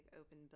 open